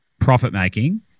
profit-making